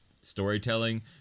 storytelling